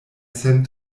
sen